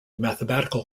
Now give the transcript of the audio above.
mathematical